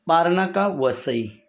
Parnaka Vasai